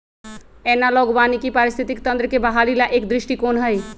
analogue वानिकी पारिस्थितिकी तंत्र के बहाली ला एक दृष्टिकोण हई